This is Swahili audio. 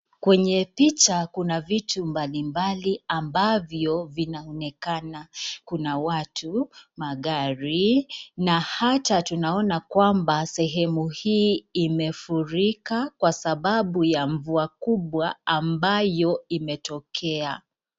Kwenye picha kuna vitu mbalibali, ambavyo vinaonekana. Kuna watu, magari, na hata tunaona kwamba sehemu hii imefurika kwa sababu ya mvua kubwa ambayo imetokea.